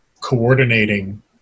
coordinating